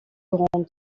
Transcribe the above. grande